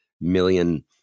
million